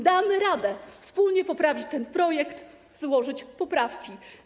Damy radę wspólnie poprawić ten projekt, złożyć poprawki.